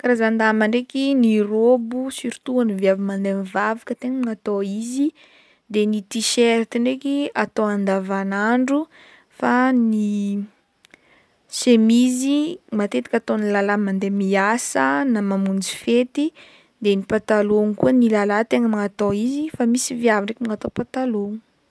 Karazan-damba ndraiky ny raobo surtout ho an'ny viavy mandeha mivavaka tegna magnatao izy de ny tiserta ndraiky atao andavanandro fa ny chemise i matetiky ataon'ny lalahy mandeha miasa na mamonjy fety de ny patalôgno koa lalahy tegna magnatao izy fa misy viavy ndraiky magnatao patalôgno.